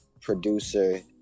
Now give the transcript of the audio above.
producer